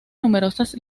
numerosas